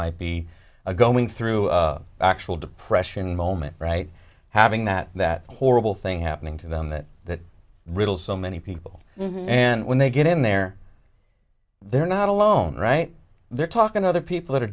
might be going through actual depression moment right having that that horrible thing happening to them that that riddle so many people and when they get in there they're not alone right there talking to other people who are